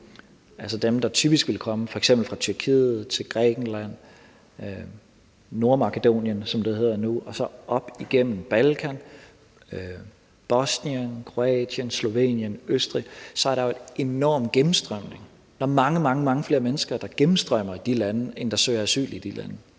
på dem, der typisk vil komme f.eks. fra Tyrkiet til Grækenland, Nordmakedonien, som det hedder nu, og så op igennem Balkan, Bosnien, Kroatien, Slovenien, Østrig, så er der jo en enorm gennemstrømning. Der er mange, mange flere mennesker, der gennemstrømmer de lande, end der søger asyl i de lande.